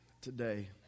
today